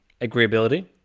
agreeability